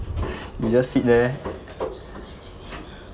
you just sit there